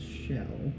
shell